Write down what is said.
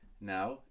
now